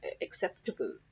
acceptable